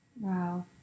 Wow